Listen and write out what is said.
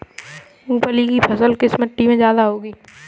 मूंगफली की फसल किस मिट्टी में ज्यादा होगी?